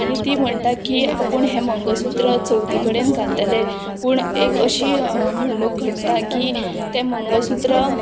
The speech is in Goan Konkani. आनी ती म्हणटा की आपूण हें मंगळसूत्र चवथी कडेन घालतलें पूण एक अशी घडणूक घडटा की तें मंगळसूत्र